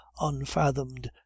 unfathomed